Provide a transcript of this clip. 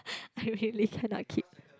I really cannot keep